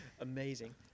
amazing